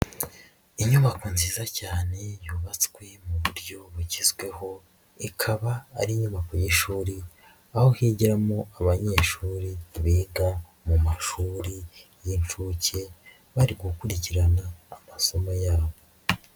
Inyubako nziza cyane yubatswe mu buryo bugezweho ikaba ari inyubako y'ishuri, aho higiramo abanyeshuri biga mu mashuri y'inshuke bari gukurikirana amasomo yabo.